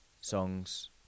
songs